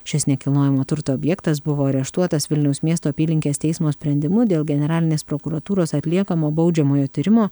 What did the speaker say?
šis nekilnojamo turto objektas buvo areštuotas vilniaus miesto apylinkės teismo sprendimu dėl generalinės prokuratūros atliekamo baudžiamojo tyrimo